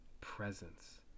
presence